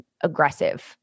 aggressive